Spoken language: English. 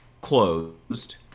closed